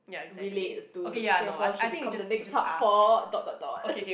relate to Singapore should become the next hub for dot dot dot